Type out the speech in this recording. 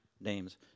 names